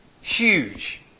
huge